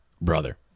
brother